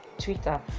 twitter